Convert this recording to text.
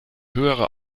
höhere